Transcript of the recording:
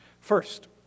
First